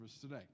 today